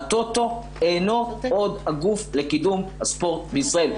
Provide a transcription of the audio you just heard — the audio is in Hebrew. הטוטו אינו עוד הגוף לקידום הספורט בישראל.